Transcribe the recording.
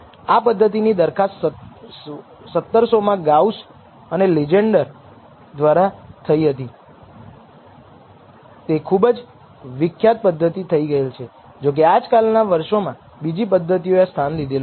આ પદ્ધતિ ની દરખાસ્ત 1700 માં ગાઉસ અને લીજેંડર દ્વારા થઈ હતી તે ખુબ જ વિખ્યાત પદ્ધતિ થઈ ગયેલ છે જોકે આજકાલના વર્ષોમાં બીજી પદ્ધતિઓ એ સ્થાન લીધેલું છે